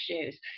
issues